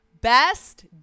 best